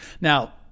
Now